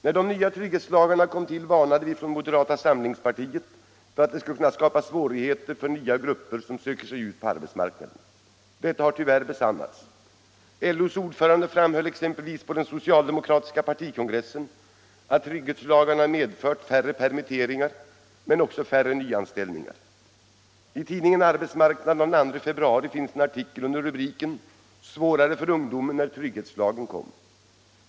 När de nya trygghetslagarna kom till varnade vi i moderata samlingspartiet föratt de skulle kunna skapa svårigheter för nya grupper som söker sig ut på arbetsmarknaden. Detta har tyvärr också besannats. LO:s ordförande framhöll exempelvis på den socialdemokratiska partikongressen att trygghetslagarna medfört färre permitteringar men också färre nyanställningar. I tidningen Arbetsmarknaden av den 2 februari finns en artikel under rubriken Svårare för ungdomen när trygghetslagen kom.